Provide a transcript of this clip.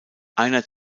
eines